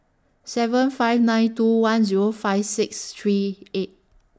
seven five nine two one Zero five six three eight